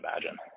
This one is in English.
imagine